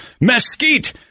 mesquite